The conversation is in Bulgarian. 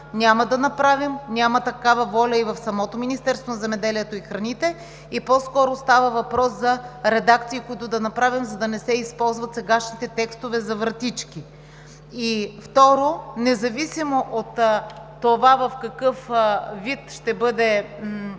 няма да направим, няма такава воля и в самото Министерство на земеделието и храните. По-скоро става въпрос за редакции, които да направим, за да не се използват сегашните текстове за вратички. Второ, независимо от това в какъв вид ще бъде